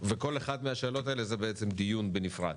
וכל אחת מהשאלות האלה הן בעצם דיון בנפרד.